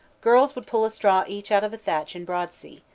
girls would pull a straw each out of a thatch in broadsea,